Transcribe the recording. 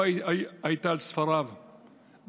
גאוותו הייתה על ספריו,